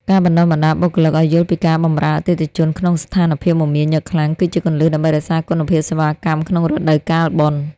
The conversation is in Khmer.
ការបណ្តុះបណ្តាលបុគ្គលិកឱ្យយល់ពីការបម្រើអតិថិជនក្នុងស្ថានភាពមមាញឹកខ្លាំង គឺជាគន្លឹះដើម្បីរក្សាគុណភាពសេវាកម្មក្នុងរដូវកាលបុណ្យ។